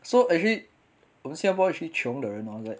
so actually 我们新加坡 actually 穷的人 hor like